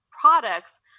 products